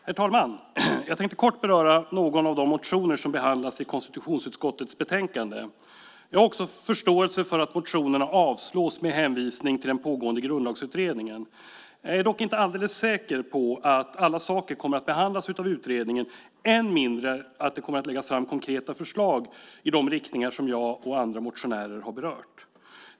Herr talman! Jag tänkte kort beröra någon av de motioner som behandlas i konstitutionsutskottets betänkande. Jag har också förståelse för att motionerna avstyrks med hänvisning till den pågående Grundlagsutredningen. Jag är dock inte alldeles säker på att alla saker kommer att behandlas av utredningen, än mindre att det kommer att läggas fram konkreta förslag i de riktningar som jag och andra motionärer har berört.